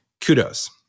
kudos